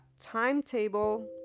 timetable